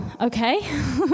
okay